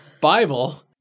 Bible